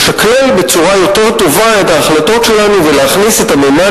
לשקלל בצורה יותר טובה את ההחלטות שלנו ולהכניס את הממד